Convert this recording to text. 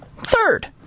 Third